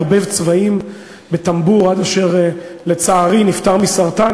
ערבב צבעים ב"טמבור" עד אשר לצערי נפטר מסרטן,